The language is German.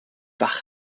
wach